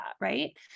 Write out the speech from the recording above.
Right